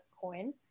coin